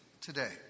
today